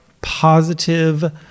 positive